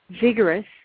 vigorous